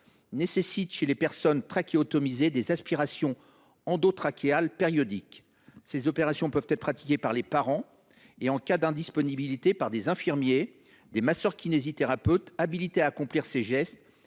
nécessite chez les personnes trachéotomisées des aspirations endotrachéales périodiques. Ces gestes peuvent être pratiqués par les parents et, en cas d’indisponibilité, par des infirmiers ou des masseurs kinésithérapeutes habilités à les accomplir. En